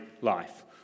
life